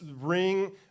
ring